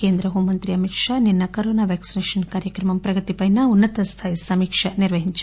కేంద్ర హోంమంత్రి అమిత్ షా నిన్న కరోనా వ్యాక్సినేషస్ కార్యక్రమం ప్రగతిపైనా ఉన్న తస్థాయి సమీక్ష నిర్వహించారు